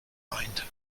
opined